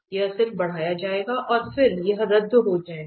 यह सिर्फ बढ़ाया जाएगा और फिर यह रद्द हो जाएगा